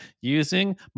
using